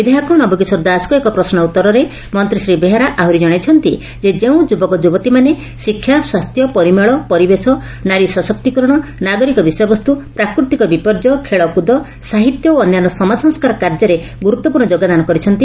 ବିଧାୟକ ନବକିଶୋର ଦାସଙ୍କ ଏକ ପ୍ରଶ୍ୱର ଉତ୍ତରେ ମନ୍ତୀ ଶ୍ରୀ ବେହେରା ଆହୁରି ଜଶାଇଛନ୍ତି ଯେ ଯେଉଁ ଯୁବକ ଯୁବତୀମାନେ ଶିକ୍ଷା ସ୍ୱାସ୍ଥ୍ୟ ପରିମଳ ପରିବେଶ ନାରୀ ସଶକ୍ତି କରଶ ନାଗରିକ ବିଷୟବସ୍ତୁ ପ୍ରାକୃତିକ ବିପର୍ଯ୍ୟୟ ଖେଳକୁଦ ସାହିତ୍ୟ ଓ ଅନ୍ୟାନ୍ୟ ସମାଜ ସଂସ୍କାର କାର୍ଯ୍ୟରେ ଗୁରୁତ୍ୱପୂର୍ଷ ଯୋଗଦାନ କରିଛନ୍ତି